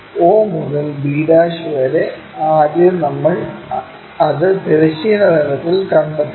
o മുതൽ b വരെ ആദ്യം നമ്മൾ അത് തിരശ്ചീന തലത്തിൽ കണ്ടെത്തുന്നു